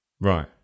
right